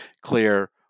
clear